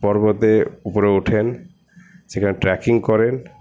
পর্বতে উপরে ওঠেন সেখানে ট্রেকিং করেন